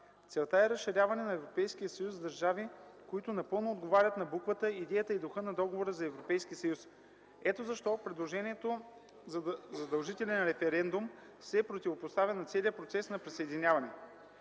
Целта е разширяване на Европейския съюз с държави, които напълно отговарят на буквата, идеята и духа на Договора за Европейския съюз. Ето защо предложението за задължителен референдум се противопоставя на целия процес на присъединяване.